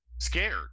scared